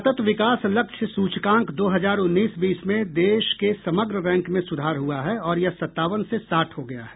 सतत विकास लक्ष्य सूचकांक दो हजार उन्नीस बीस में देश के समग्र रैंक में सुधार हुआ है और यह सत्तावन से साठ हो गया है